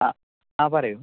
ആ ആ പറയൂ